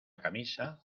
camisa